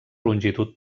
longitud